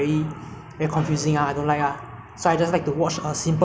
uh action ah same thing ah action and comedy movies I mean anime